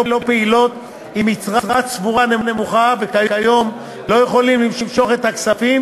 פעילות עם יתרה צבורה נמוכה וכיום לא יכולים למשוך את הכספים